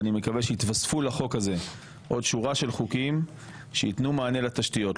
ואני מקווה שיתווספו לחוק הזה עוד שורה של חוקים שייתנו מענה לתשתיות.